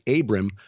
Abram